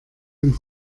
den